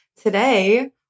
Today